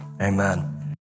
amen